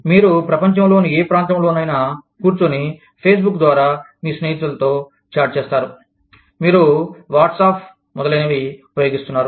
మీరు ప్రపంచంలోని ఏ ప్రాంతంలోనైనా కూర్చుని ఫేస్బుక్ ద్వారా మీ స్నేహితులతో చాట్ చేస్తారు మీరు వాట్సాప్ మొదలైనవి ఉపయోగిస్తున్నారు